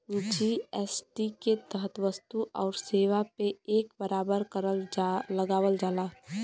GST के तहत वस्तु आउर सेवा पे एक बराबर कर लगावल जाला